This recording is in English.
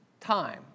time